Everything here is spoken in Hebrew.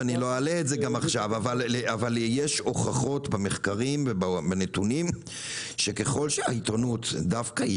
יש הוכחות במחקרים ובנתונים שככל שהעיתונות יותר